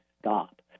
stop